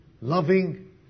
loving